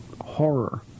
horror